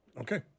Okay